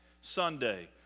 Sunday